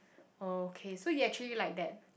okay so you actually like that